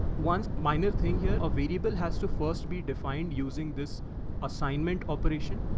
one minor thing here a variable has to first be defined using this assignment operation.